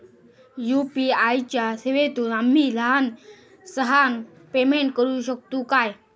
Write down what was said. UPI च्या सेवेतून आम्ही लहान सहान पेमेंट करू शकतू काय?